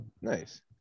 Nice